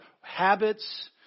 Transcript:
habits